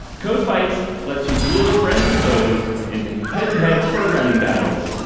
codefights lets you dual with friends and foes in head-to-head programming battles.